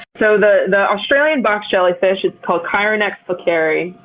so the the australian box jellyfish, it's called chironex fleckeri,